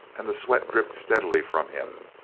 and the sweat dripped steadily from him.